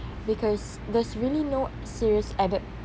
because there's really no serious added